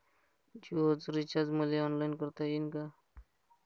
जीओच रिचार्ज मले ऑनलाईन करता येईन का?